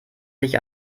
sich